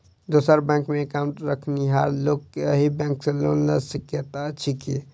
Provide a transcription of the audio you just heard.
दोसर बैंकमे एकाउन्ट रखनिहार लोक अहि बैंक सँ लोन लऽ सकैत अछि की?